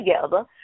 together